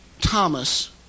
Thomas